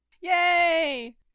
Yay